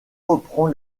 reprend